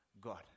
God